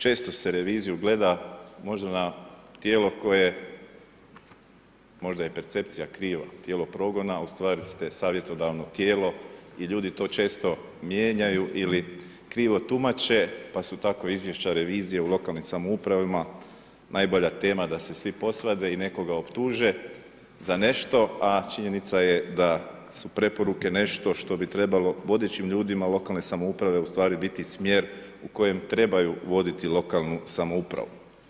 Često se reviziju gleda možda na tijelo koje, možda je percepcija kriva, tijelo progona, a u stvari ste savjetodavno tijelo i ljudi to često mijenjaju ili krivo tumače, pa su tako izvješća revizije u lokalnim samoupravama najbolja tema da se svi posvade i nekoga optuže za nešto, a činjenica je da su preporuke nešto što bi trebalo vodećim ljudima lokalne samouprave u stvari biti smjer u kojem trebaju voditi lokalnu samoupravu.